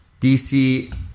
DC